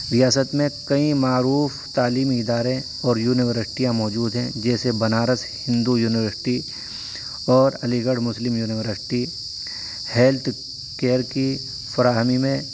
ریاست میں کئی معروف تعلیمی ادارے اور یونیورسٹیاں موجود ہیں جیسے بنارس ہندو یونیورسٹی اور Aligarh Muslim university health care کی فراہمی میں